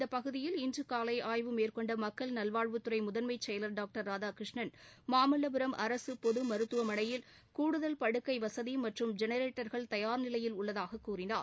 இந்தபகுதியில் இன்றுகாலைஆய்வு மேற்கொண்டமக்கள் நல்வாழ்வுத்துறைமுதன்மைசெயலர் டாக்டர் ராதாகிருஷ்ணன் மாமல்லபுரம் அரசுபொதுமருத்துவமளையில் கூடுதல் படுக்கைவசதிமற்றும் ஜெனரேட்டர்கள் தயார் நிலையில் உள்ளதாக் கூறினார்